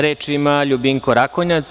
Reč ima Ljubinko Rakonjac.